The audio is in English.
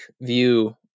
view